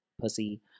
Pussy